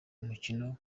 umukino